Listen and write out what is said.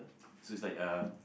so it's like uh